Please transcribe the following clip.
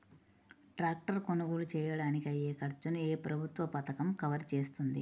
Tractor కొనుగోలు చేయడానికి అయ్యే ఖర్చును ఏ ప్రభుత్వ పథకం కవర్ చేస్తుంది?